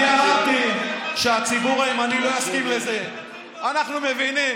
אני בזמנו אמרתי,